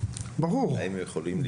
האם הם יכולים ללמוד?